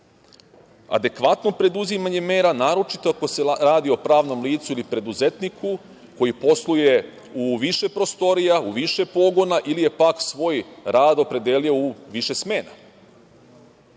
adekvatno preduzimanje mera, naročito ako se radi o pravnom licu ili preduzetniku koji posluje u više prostorija, u više pogona ili je pak svoj rad opredelio u više smena.